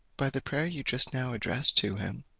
by the prayer you just now addressed to him,